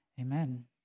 Amen